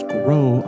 grow